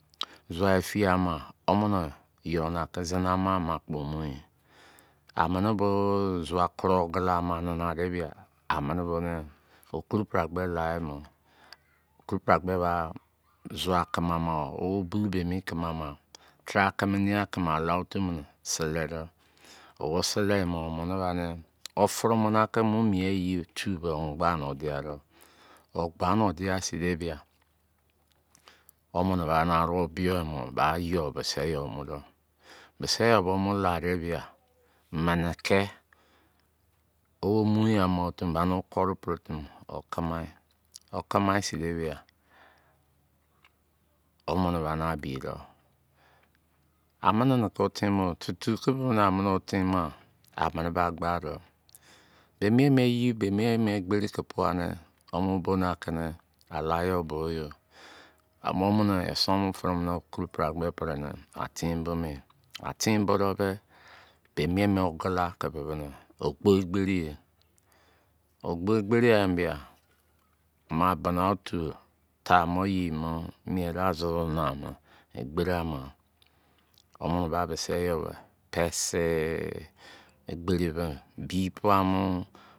Zụa efiye ama, womịnị yọụ nị akị zini ama ma kpọ mu yi mi. Amini bo zụa kuro ogula ma nana de bia amini bo okuruperagbe la mo̱. Okuruperagbe ba zua kimi ama wo bulou- bo emi kimi ama, taara kimi, nein a kimi ala-otu mini sele dọ. Wo sele yi mọ, omini banị wo fịrịmọ na ki mu mien yi tu bẹ omọ gba ni wo dia dọ. O gba ni wo dia sin de bia. Womini bani aru biyo yimo ba yọụ bisi yo bo wo mo la de bia, mini ki womu yo ama-otu mo̱ bani, wo koru peretimi, ba wo kamai. A, wo kamai sin debia, womini bani a bi do: “amini ni ko tin mo. Titu ki ni amini wo tin ma? Amini ba gba dọ: “bẹ mien- mien eyibe mien- mien egberiki puani wo mo boni aki ni ale yo bo yi yo. Wo mo̱ esonmu firi mo okuruperagbe pri ni a tin bo me. A tin bo dọ be, be mien- mien ogula ki bibini ogbo egbeni ye. Ogboegberighae bia, ma bina-otu, tamọ yei mọ. Miẹn da zo̱sọ na mọ egberi ama. Wominị ba pe̱sị.